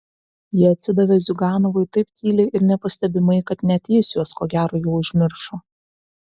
jie atsidavė ziuganovui taip tyliai ir nepastebimai kad net jis juos ko gero jau užmiršo